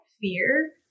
fear